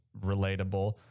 relatable